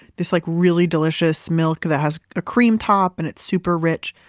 this like really delicious milk that has a cream top and it's super rich.